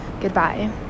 Goodbye